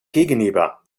gegenüber